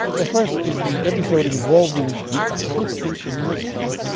the first is the episode involving the afflicted matron,